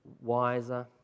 wiser